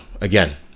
again